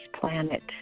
planet